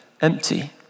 empty